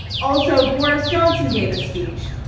also, boris johnson gave a speech.